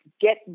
get